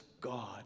God